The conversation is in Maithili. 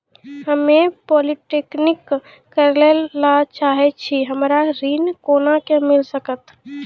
हम्मे पॉलीटेक्निक करे ला चाहे छी हमरा ऋण कोना के मिल सकत?